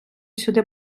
сюди